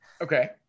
Okay